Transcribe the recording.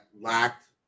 lacked